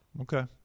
Okay